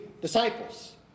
disciples